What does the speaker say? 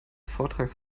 vortrages